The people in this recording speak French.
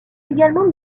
également